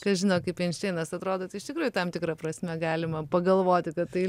kas žino kaip einšteinas atrodo tai iš tikrųjų tam tikra prasme galima pagalvoti kad tai